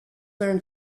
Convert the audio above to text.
learn